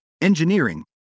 engineering